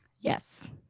Yes